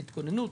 תתכוננו,